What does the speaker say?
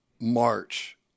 March